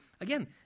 Again